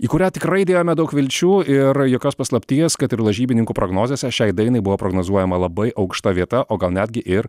į kurią tikrai dėjome daug vilčių ir jokios paslapties kad ir lažybininkų prognozėse šiai dainai buvo prognozuojama labai aukšta vieta o gal netgi ir